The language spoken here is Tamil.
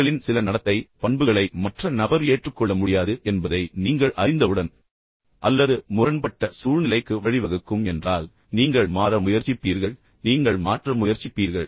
உங்களின் சில நடத்தை பண்புகளை மற்ற நபர் ஏற்றுக்கொள்ள முடியாது என்பதை நீங்கள் அறிந்தவுடன் அல்லது முரண்பட்ட சூழ்நிலைக்கு வழிவகுக்கும் என்றால் என்றால் நீங்கள் மாற முயற்சிப்பீர்கள் நீங்கள் மாற்ற முயற்சிப்பீர்கள்